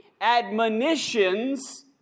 admonitions